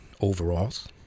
overalls